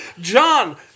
John